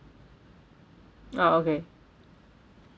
ah okay